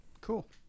Cool